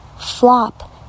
flop